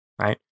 right